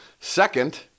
Second